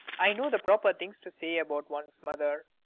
i know the proper things to say about one's mother.